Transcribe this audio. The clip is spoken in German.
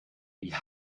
wie